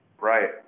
Right